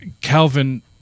Calvin